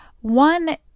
One